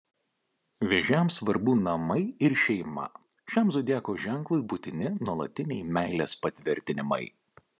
vėžiams svarbu namai ir šeima šiam zodiako ženklui būtini nuolatiniai meilės patvirtinimai